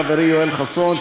חברי יואל חסון,